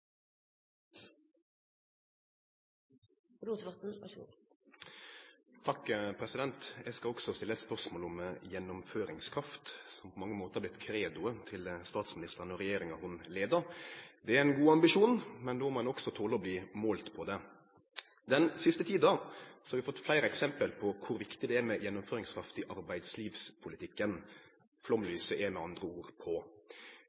på mange måtar har vorte credoet til statsministeren og regjeringa ho leier. Det er ein god ambisjon, men då må ein også tole å bli målt på det. Den siste tida har vi fått fleire eksempel på kor viktig det er med gjennomføringskraft i arbeidslivspolitikken – flomlyset er med andre ord på.